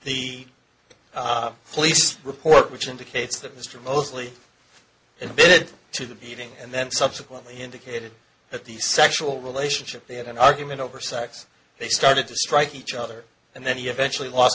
the police report which indicates that mr mosley in a bid to the beating and then subsequently indicated that the sexual relationship they had an argument over sex they started to strike each other and then he eventually l